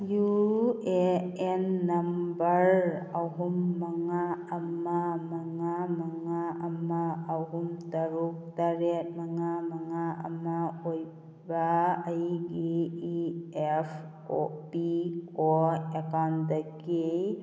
U A N number ꯑꯍꯨꯝ ꯃꯉꯥ ꯑꯃ ꯃꯉꯥ ꯃꯉꯥ ꯑꯃ ꯑꯍꯨꯝ ꯇꯔꯨꯛ ꯇꯔꯦꯠ ꯃꯉꯥ ꯃꯉꯥ ꯑꯃ ꯑꯣꯏꯕ ꯑꯩꯒꯤ E F O P O ꯑꯦꯀꯥꯎꯅꯗꯒꯤ